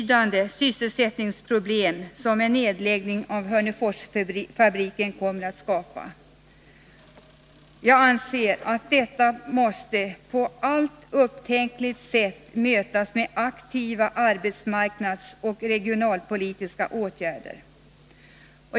De sysselsättningsproblem som en nedläggning av Hörneforsfabriken kommer att skapa måste på alla upptänkliga sätt mötas med arbetsmarknadsoch regionalpolitiska åtgärder.